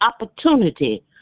opportunity